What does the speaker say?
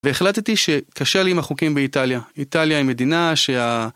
והחלטתי שקשה לי עם החוקים באיטליה, איטליה היא מדינה שה...